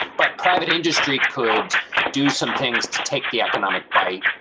but private industry could do some things to take the economic bite.